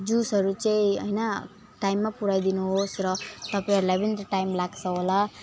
जुसहरू चाहिँ होइन टाइममा पुर्याइदिनु होस् र तपाईँहरूलाई पनि त टाइम लाग्छ होला